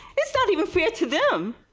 it is not even fair to them.